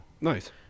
Nice